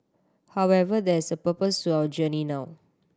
however there is a purpose to our journey now